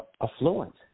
affluent